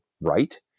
right